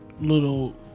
little